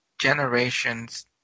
generation's